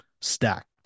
stacked